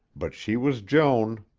but she was joan.